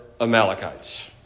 Amalekites